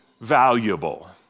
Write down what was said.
valuable